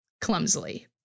clumsily